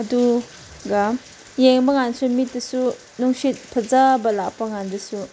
ꯑꯗꯨꯒ ꯌꯦꯡꯕꯀꯥꯟꯗꯁꯨ ꯃꯤꯠꯇꯁꯨ ꯅꯨꯡꯁꯤꯠ ꯐꯖꯕ ꯂꯥꯛꯄ ꯀꯥꯟꯗꯁꯨ